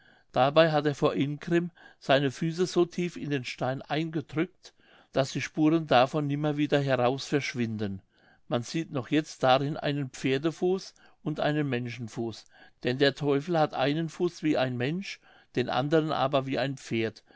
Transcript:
dabei hat er vor ingrimm seine füße so tief in den stein eingedrückt daß die spuren davon nimmer wieder daraus verschwinden man sieht noch jetzt darin einen pferdefuß und einen menschenfuß denn der teufel hat einen fuß wie ein mensch den andern aber wie ein pferd